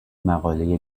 مقاله